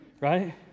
right